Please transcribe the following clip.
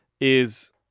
is-